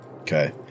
Okay